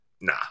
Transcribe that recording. Nah